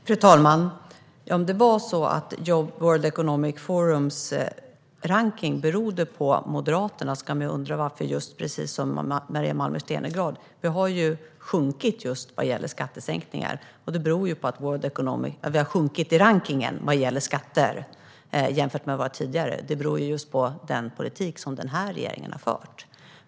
Fru talman! Om det var så att World Economic Forums rankning berodde på Moderaterna kan man undra precis det som Maria Malmer Stenergard gör. Vi har ju sjunkit just vad gäller skattesänkningar. Att vi har sjunkit i rankningen vad gäller skatter jämfört med tidigare beror just på den politik som den här regeringen har fört.